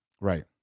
Right